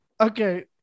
Okay